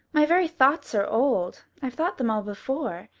my very thoughts are old. i've thought them all before.